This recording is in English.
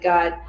God